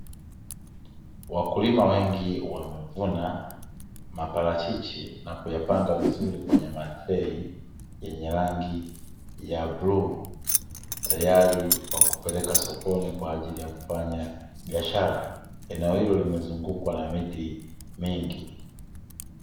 Wakulima wengi wamevuna maparachichi na kuyapanga vizuri kwenye matrei yenye rangi ya bluu tayari kwa kupeleka sokoni kwa ajili ya kufanya biashara. Eneo hilo limezungukwa na miti mingi.